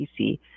PC